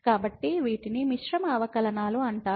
కాబట్టి వీటిని మిశ్రమ అవకలనాలు అంటారు